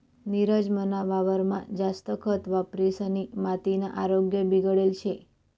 नीरज मना वावरमा जास्त खत वापरिसनी मातीना आरोग्य बिगडेल शे